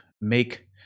make